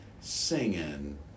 singing